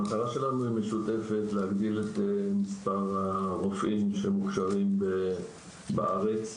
המטרה שלנו משותפת להגדיל את מספר הרופאים שמאושרים בארץ.